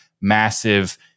massive